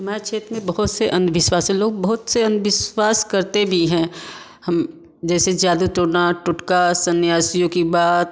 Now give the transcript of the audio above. हमारे क्षेत्र में बहुत से अंधविश्वासी से लोग बहुत से अंधविश्वास करते भी हैं हम जैसे जादू टोना टोटका सन्यासियों की बात